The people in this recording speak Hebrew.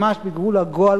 ממש בגבול הגועל,